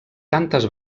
tantes